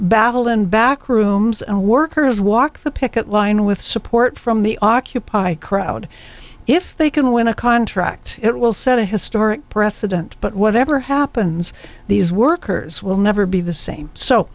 battle in backrooms and workers walk the picket line with support from the occupy crowd if they can win a contract it will set a historic precedent but whatever happens these workers will never be the same so